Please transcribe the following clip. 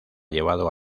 llevado